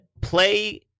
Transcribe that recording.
play